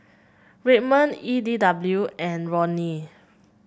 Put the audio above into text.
Redmond E D W and Roni